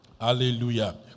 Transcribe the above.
Hallelujah